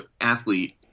athlete